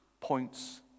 points